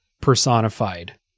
personified